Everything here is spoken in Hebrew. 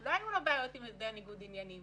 לא היו לו בעיות עם הסדר ניגוד עניינים.